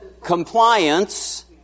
compliance